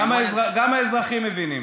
גם האזרחים מבינים.